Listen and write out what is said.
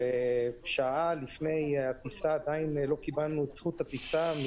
חילצה עד היום 7,500 נוסעים בעשרות טיסות